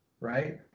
Right